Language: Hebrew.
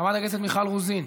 חברת הכנסת מיכל רוזין,